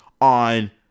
on